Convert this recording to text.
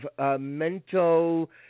mental